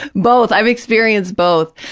both, i've experienced both,